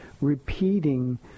repeating